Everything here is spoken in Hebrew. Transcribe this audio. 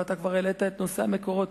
אבל כבר העלית את נושא המקורות,